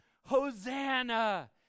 Hosanna